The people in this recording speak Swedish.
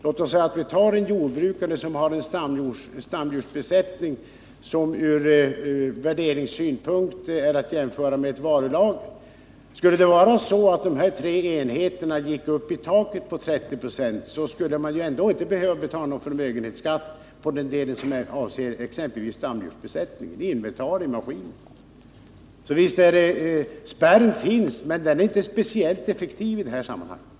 Låt oss ta en jordbrukare som har en stamdjursbesättning som ur värderingssynpunkt är att jämföra med ett varulager. Skulle det vara så att de tre kategorierna — jord, växande skog och bostadsfastighet — når upp till taket på 30 926 så skulle han ändå inte behöva betala någon förmögenhetsskatt på den del som avser exempelvis stamdjursbesättningen. Samma gäller inventarier och maskiner. Visst finns det en spärr, men den är inte speciellt effektiv i det här Nr 114